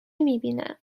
میبینم